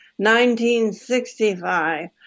1965